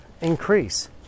increase